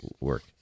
work